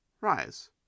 Rise